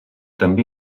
també